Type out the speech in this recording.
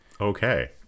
Okay